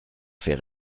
fait